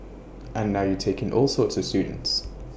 and now you take in all sorts of students